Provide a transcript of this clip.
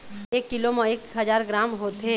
एक कीलो म एक हजार ग्राम होथे